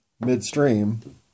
midstream